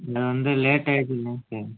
இங்கே வந்து லேட் ஆகிடுதில்லைங்க சார்